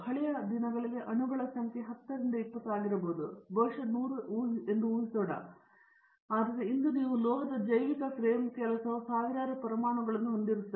ಹಳೆಯ ದಿನಗಳಲ್ಲಿ ಅಣುಗಳ ಸಂಖ್ಯೆ 10 20 ಆಗಿರಬಹುದು ಬಹುಶಃ 100 ನಾವು ಊಹಿಸೋಣ ಆದರೆ ಇಂದು ನೀವು ಲೋಹದ ಜೈವಿಕ ಫ್ರೇಮ್ ಕೆಲಸವು ಸಾವಿರಾರು ಪರಮಾಣುಗಳನ್ನು ಹೊಂದಿರುತ್ತದೆ